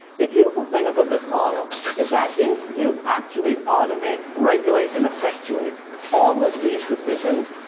the beautiful thing about this model is that if you actually automate, regulate, and effectuate all of these decisions,